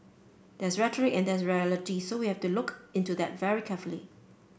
there's rhetoric and there's reality so we have to look into that very carefully